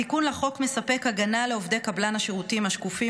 התיקון לחוק מספק הגנה לעובדי קבלן השירותים השקופים